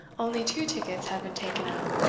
only two tickets had been taken out,